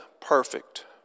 perfect